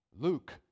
Luke